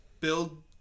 build